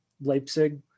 Leipzig